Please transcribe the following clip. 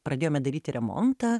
pradėjome daryti remontą